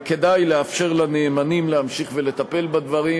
כדאי לאפשר לנאמנים להמשיך ולטפל בדברים,